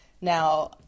Now